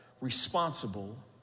responsible